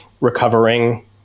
recovering